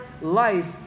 life